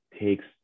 takes